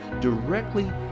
directly